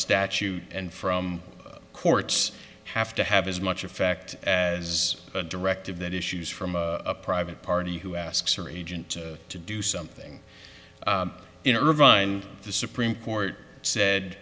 statute and from courts have to have as much effect as a directive that issues from a private party who asks or agent to do something in irvine the supreme court said